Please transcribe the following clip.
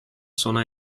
sona